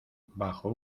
bajo